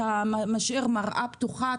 אתה משאיר מראה פתוחה,